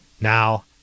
Now